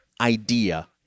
idea